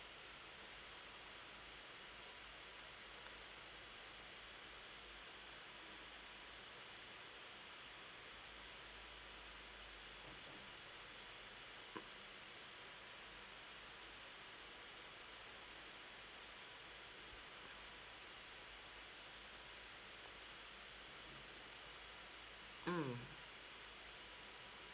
mm